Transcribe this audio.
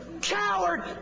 coward